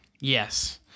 Yes